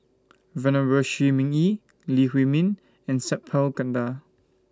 Venerable Shi Ming Yi Lee Huei Min and Sat Pal Khattar